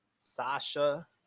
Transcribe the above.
Sasha